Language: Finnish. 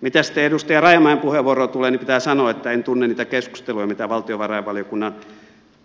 mitä sitten edustaja rajamäen puheenvuoroon tulee niin pitää sanoa että en tunne niitä keskusteluja mitä valtiovarainvaliokunnan